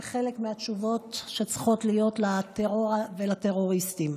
חלק מהתשובות שצריכות להיות לטרור ולטרוריסטים.